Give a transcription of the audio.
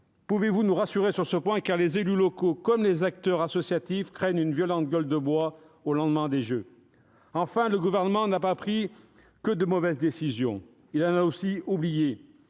Pouvez-vous nous rassurer sur ce point, car les élus locaux comme les acteurs associatifs craignent une violente gueule de bois au lendemain des jeux ? Enfin, le Gouvernement n'a pas pris que de mauvaises décisions ; il en a aussi oublié.